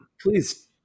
please